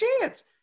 chance